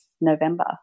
November